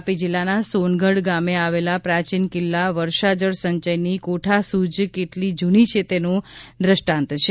તાપી જીલ્લાના સોનગઢ ગામે આવેલો પ્રાચીન કિલ્લો વર્ષાજળ સંચયની કોઠાસૂઝ કેટલી જૂની છે તેનું દ્રષ્ટાંત છે